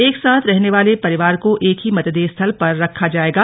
एक साथ रहने वाले परिवार को एक ही मतदेय स्थल पर रखा जाएगा